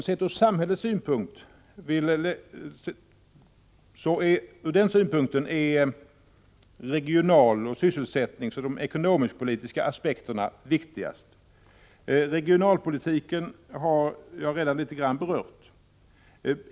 Sett från samhällets utgångspunkt är de regionaloch sysselsättningspolitiska och de ekonomisk-politiska aspekterna viktigast. Regionalpolitiken har jag redan litet grand berört.